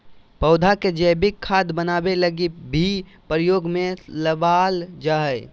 पौधा के जैविक खाद बनाबै लगी भी प्रयोग में लबाल जा हइ